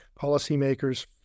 policymakers